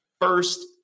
first